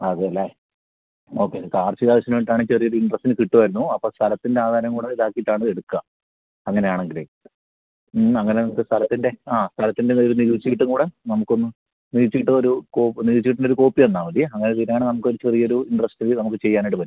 അതെയല്ലേ ഓക്കെ കാർഷിക ആവശ്യത്തിന് വേണ്ടിയിട്ടാണെങ്കിൽ ചെറിയൊരു ഇൻ്ററസ്റ്റിന് കിട്ടുമായിരുന്നു അപ്പം സ്ഥലത്തിൻ്റെ ആധാരം കൂടി ഇതാക്കിയിട്ടാണ് എടുക്കുക അങ്ങനെയാണെങ്കിൽ അങ്ങനത്തെ സ്ഥലത്തിൻ്റെ ആ സ്ഥലത്തിൻ്റെ നികുതി ചീട്ടും കൂടി നമുക്കൊന്ന് നികുതി ചീട്ടും ഒരു നികുതി ചീട്ടിൻ്റെ ഒരു കോപ്പി തന്നാൽ മതിയേ അങ്ങനെ തരികയാണെങ്കിൽ നമുക്കൊരു ചെറിയൊരു ഇൻ്ററസ്റ്റിൽ നമുക്ക് ചെയ്യാനായിട്ട് പറ്റും